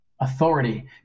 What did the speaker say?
Authority